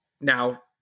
now